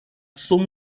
son